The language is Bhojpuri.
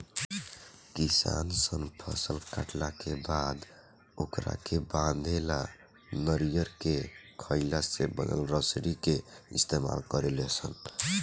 किसान सन फसल काटला के बाद ओकरा के बांधे ला नरियर के खोइया से बनल रसरी के इस्तमाल करेले सन